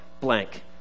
blank